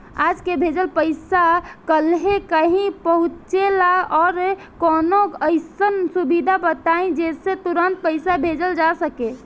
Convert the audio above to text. आज के भेजल पैसा कालहे काहे पहुचेला और कौनों अइसन सुविधा बताई जेसे तुरंते पैसा भेजल जा सके?